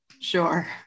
Sure